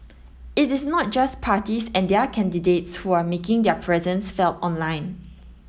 it is not just parties and their candidates who are making their presence felt online